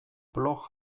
blog